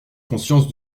conscience